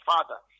Father